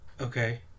Okay